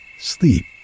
Sleep